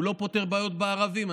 הוא לא פותר בעיות בערבים.